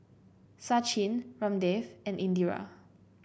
Sachin Ramdev and Indira